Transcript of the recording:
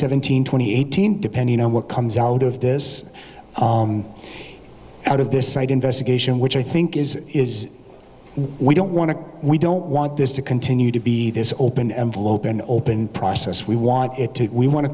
hundred twenty eighteen depending on what comes out of this out of this site investigation which i think is is we don't want to we don't want this to continue to be this open envelope an open process we want it to we want to